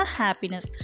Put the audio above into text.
happiness